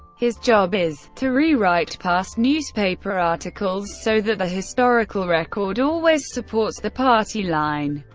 his job is to rewrite past newspaper articles, so that the historical record always supports the party line.